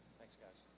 thanks, guys.